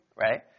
right